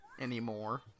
anymore